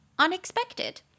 Unexpected